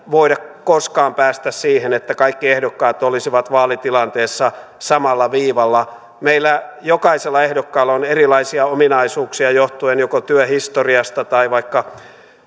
voida koskaan päästä siihen että kaikki ehdokkaat olisivat vaalitilanteessa samalla viivalla meillä jokaisella ehdokkaalla on erilaisia ominaisuuksia johtuen joko työhistoriasta tai vaikka